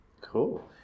Cool